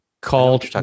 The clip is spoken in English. called